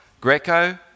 Greco